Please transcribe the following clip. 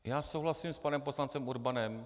Já souhlasím s panem poslancem Urbanem.